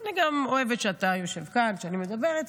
אני גם אוהבת שאתה יושב כאן כשאני מדברת,